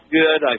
good